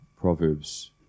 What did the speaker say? Proverbs